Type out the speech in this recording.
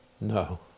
No